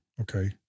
Okay